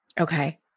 okay